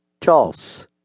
Charles